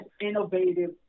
innovative